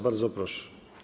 Bardzo proszę.